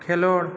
ᱠᱷᱮᱞᱳᱸᱰ